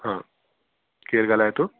हा केरु ॻाल्हाए थो